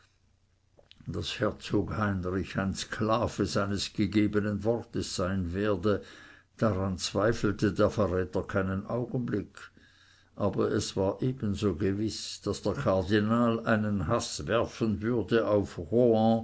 daß herzog heinrich ein sklave seines gegebenen wortes sein werde daran zweifelte der verräter keinen augenblick aber es war ebenso gewiß daß der kardinal einen haß werfen würde auf